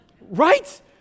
Right